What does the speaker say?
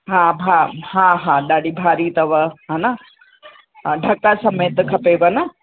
हा हा हा हा ॾाढी भारी अथव हा न ढक समेत खपेव न